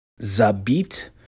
Zabit